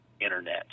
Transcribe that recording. Internet